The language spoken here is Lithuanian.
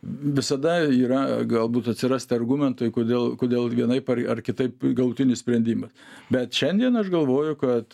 visada yra galbūt atsirasti argumentai kodėl kodėl vienaip ar kitaip galutinis sprendimas bet šiandien aš galvoju kad